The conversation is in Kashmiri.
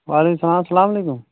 وعلیکُم سلام اسلام علیکُم